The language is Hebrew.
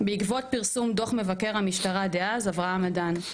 בעקבות פרסום דוח מבקר המשטרה דאז, אברהם אדן,